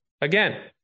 again